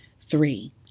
Three